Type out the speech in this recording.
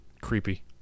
Creepy